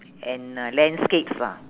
and uh landscapes lah